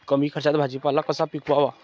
कमी खर्चात भाजीपाला कसा पिकवावा?